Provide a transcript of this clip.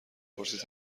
پرسید